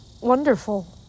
wonderful